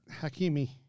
Hakimi